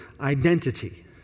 identity